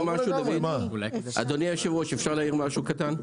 אדוני היושב-ראש, אפשר להעיר משהו קטן?